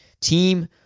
team